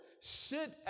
Sit